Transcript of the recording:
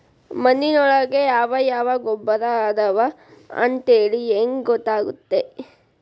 ಮಣ್ಣಿನೊಳಗೆ ಯಾವ ಯಾವ ಗೊಬ್ಬರ ಅದಾವ ಅಂತೇಳಿ ಹೆಂಗ್ ಗೊತ್ತಾಗುತ್ತೆ?